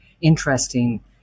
interesting